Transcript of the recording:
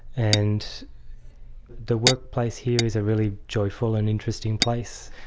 and the workplace here is a really joyful and interesting place.